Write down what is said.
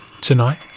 Tonight